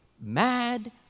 mad